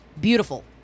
beautiful